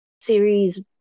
series